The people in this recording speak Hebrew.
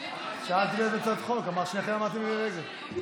שאלתי לאיזו הצעת חוק, שניכם אמרתם: למירי רגב.